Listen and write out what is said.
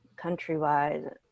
countrywide